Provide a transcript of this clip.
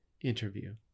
interview